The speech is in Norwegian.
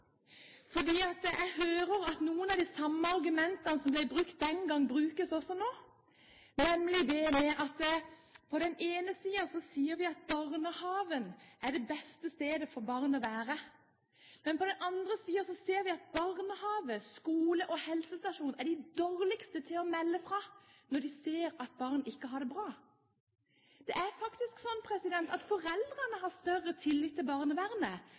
jeg hører at noen av de samme argumentene som ble brukt den gang, også brukes nå, nemlig at på den ene siden sier vi at barnehagen er det beste stedet for barn å være, men på den andre siden ser vi at barnehage, skole og helsestasjon er de dårligste til å melde fra når de ser at barn ikke har det bra. Det er faktisk slik at foreldrene har større tillit til barnevernet